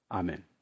Amen